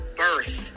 birth